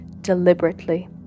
deliberately